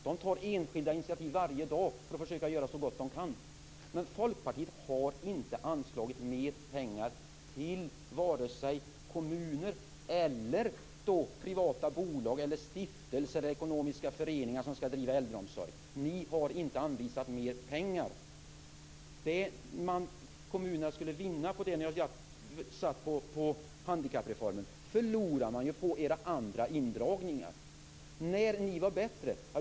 De tar enskilda initiativ varje dag för att försöka göra så gott de kan. Folkpartiet har inte anslagit mer pengar till vare sig kommuner, privata bolag, stiftelser eller ekonomiska föreningar som skall driva äldreomsorg. Ni har inte anvisat mer pengar. Det kommunerna skulle vinna på det som ni har avsatt för handikappreformen förlorar de ju på era andra indragningar. När var Folkpartiet bättre?